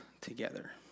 together